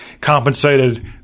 compensated